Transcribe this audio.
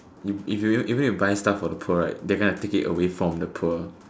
even even if you buy stuff from the poor right they gonna take it away from the poor